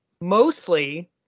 mostly